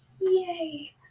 Yay